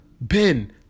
Ben